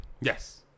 Yes